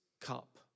cup